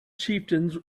chieftains